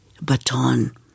baton